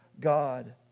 God